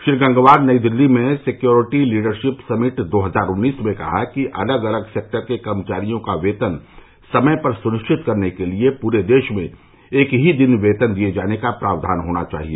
श्री गंगवार नई दिल्ली में security leadership summit दो हजार उन्नीस में कहा कि अलग अलग सेक्टर के कर्मचारियों का वेतन समय पर सुनिश्चित करने के लिए पूरे देश में एक ही दिन वेतन दिये जाने का प्रावधान होना चाहिए